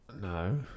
No